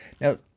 Now